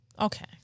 Okay